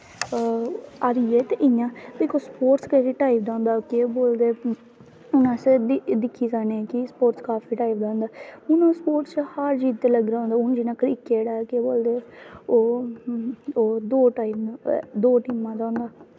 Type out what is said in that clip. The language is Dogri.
हारियै ते इ'यां स्पोर्ट केह्ड़ी टाईप दा होंदा केह् बोलदे हून अस दिक्खी सकने कि स्पोर्टस काफी टाईप दां होंदा हून स्पोर्टस हार जीत दा हून जि'यां क्रिकेट ऐ केह् बोलदे ओह् दो टाईप दो टीमां दा होंदा